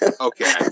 Okay